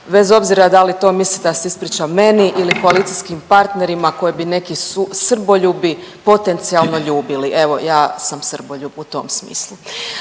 bez obzira da li to misli da se ispriča meni ili koalicijskim partnerima koje bi neki srboljubi potencijalno ljubili. Evo, ja sam srboljub u tom smislu.